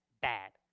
bad